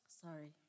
Sorry